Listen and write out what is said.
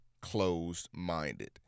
closed-minded